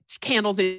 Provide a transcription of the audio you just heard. candles